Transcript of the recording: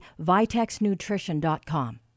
vitexnutrition.com